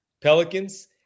Pelicans